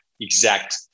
exact